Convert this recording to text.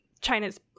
China's